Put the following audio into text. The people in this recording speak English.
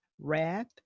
wrath